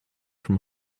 from